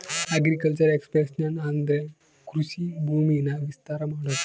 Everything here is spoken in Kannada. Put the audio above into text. ಅಗ್ರಿಕಲ್ಚರ್ ಎಕ್ಸ್ಪನ್ಷನ್ ಅಂದ್ರೆ ಕೃಷಿ ಭೂಮಿನ ವಿಸ್ತಾರ ಮಾಡೋದು